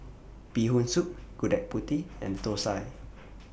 Bee Hoon Soup Gudeg Putih and Thosai